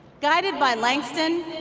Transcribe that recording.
guided by langston,